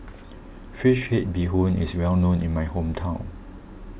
Fish Head Bee Hoon is well known in my hometown